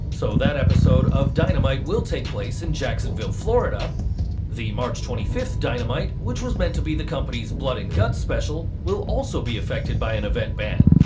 so that episode of dynamite will take place in jackson florida the march twenty fifth dynamite, which was meant to be the company's blood and guts special will also be affected by an event ban,